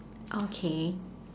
okay